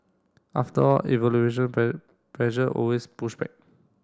after all evolution pressure always push back